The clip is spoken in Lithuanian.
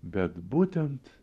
bet būtent